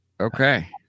Okay